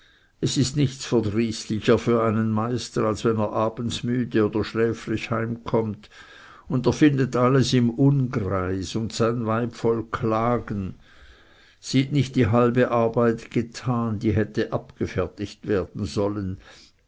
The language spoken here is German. es ist nichts verdrießlicher für einen meister als wenn er abends müde oder schläfrig heimkommt und er findet alles im ungreis und sein weib voll klagens sieht nicht die halbe arbeit getan die hätte abgefertigt werden sollen